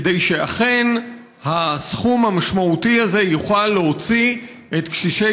כדי שאכן הסכום המשמעותי הזה יוכל להוציא את קשישי